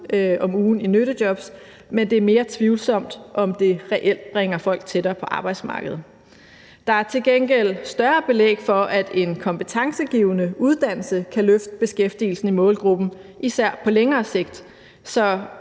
om ugen i nyttejobs, men det er mere tvivlsomt, om det reelt bringer folk tættere på arbejdsmarkedet. Der er til gengæld større belæg for, at en kompetencegivende uddannelse kan løfte beskæftigelsen i målgruppen, især på længere sigt.